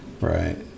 Right